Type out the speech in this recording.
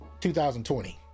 2020